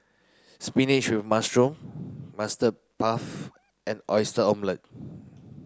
spinach with mushroom puff and oyster omelette